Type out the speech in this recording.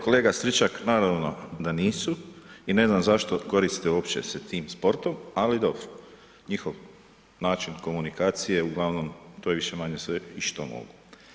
Kolega Stričak, naravno da nisu i ne znam zašto koriste uopće se tim sportom, ali dobro, njihov način komunikacije, uglavnom, to je više-manje sve i što mogu.